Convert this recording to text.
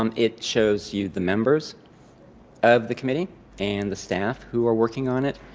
um it shows you the members of the committee and the staff who are working on it.